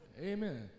Amen